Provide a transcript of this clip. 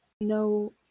No